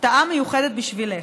הפתעה מיוחדת בשבילך: